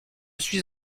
suis